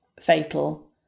fatal